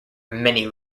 many